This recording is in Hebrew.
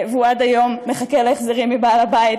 והוא עד היום מחכה להחזרים מבעל הבית.